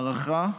הערכה שלנו,